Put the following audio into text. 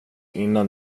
innan